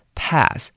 pass，